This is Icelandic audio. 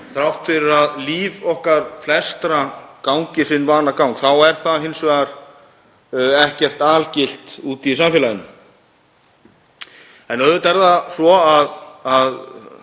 Þrátt fyrir að líf okkar flestra gangi sinn vanagang þá er það hins vegar ekkert algilt úti í samfélaginu. En auðvitað er nauðsynlegt